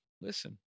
listen